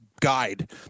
guide